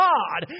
God